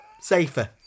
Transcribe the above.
Safer